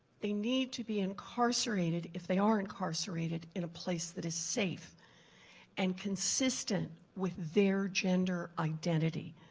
they need to be incarcerated if they are incarcerated in a place that is safe and consistent with their gender identity.